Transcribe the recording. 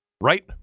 Right